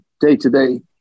day-to-day